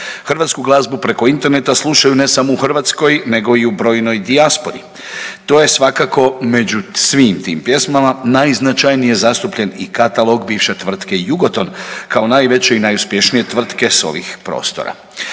Hrvatsku glazbu preko interneta slušaju, ne samo u Hrvatskoj nego i u brojnoj dijaspori. To je svakako među svim tim pjesmama, najznačajnije zastupljen i katalog bivše tvrtke Jugoton kao najveće i najuspješnije tvrtke s ovih prostora.